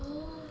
oh